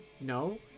No